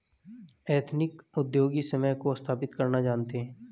ethnic उद्योगी स्वयं को स्थापित करना जानते हैं